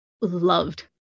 loved